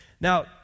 Now